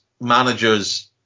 managers